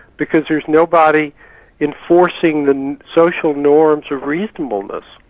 because there's nobody enforcing the social norms of reasonableness.